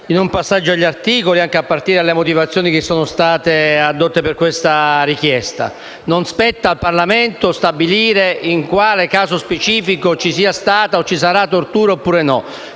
all'esame degli articoli, anche a partire dalle motivazioni che sono state addotte per questa richiesta. Non spetta al Parlamento stabilire in quale caso specifico ci sia stata, ci sarà tortura oppure no.